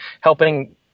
helping